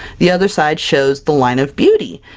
the other side shows the line of beauty,